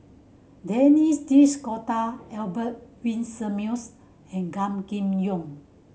Denis Albert Winsemius and Gan Kim Yong